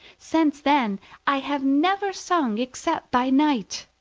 since then i have never sung except by night.